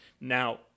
now